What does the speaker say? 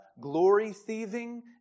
glory-thieving